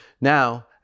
Now